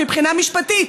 מבחינה משפטית.